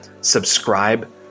subscribe